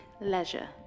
leisure